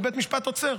ובית משפט עוצר.